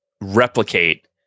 replicate